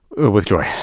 with joy